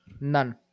None